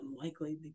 unlikely